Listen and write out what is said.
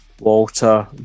Walter